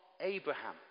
Abraham